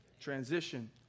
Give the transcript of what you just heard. Transition